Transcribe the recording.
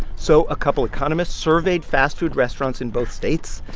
so a couple economists surveyed fast-food restaurants in both states.